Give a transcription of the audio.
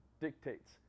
dictates